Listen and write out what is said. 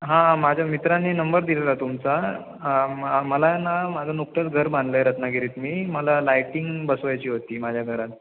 हां माझ्या मित्रांनी नंबर दिलेला तुमचा म मला ना माझं नुकतंच घर बांधलं आहे रात्नागिरीत मी मला लायटिंग बसवायची होती माझ्या घरात